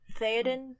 Theoden